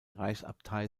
reichsabtei